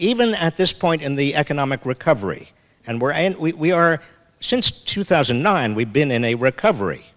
even at this point in the economic recovery and we're in we are since two thousand and nine we've been in a recovery